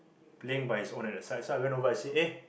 playing by his own at the side so I went over I see ah